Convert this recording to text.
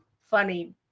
funny